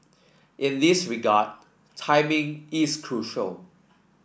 in this regard timing is crucial